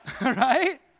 Right